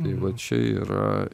tai vat čia yra